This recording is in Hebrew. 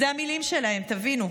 אלו המילים שלהם, תבינו.